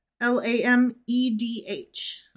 L-A-M-E-D-H